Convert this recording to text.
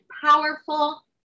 powerful